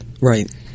Right